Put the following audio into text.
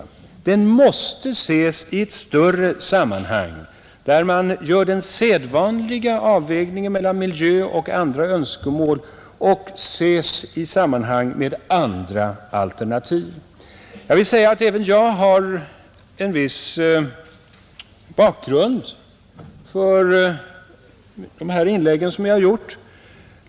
Den måste ses i ett större sammanhang, där man gör den sedvanliga avvägningen mellan miljö och andra önskemål, och i sammanhang med andra alternativ. Även jag har en viss bakgrund för de inlägg som jag har gjort.